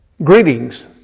Greetings